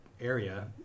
area